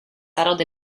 settled